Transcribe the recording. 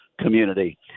community